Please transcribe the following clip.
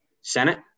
Senate